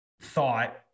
thought